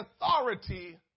authority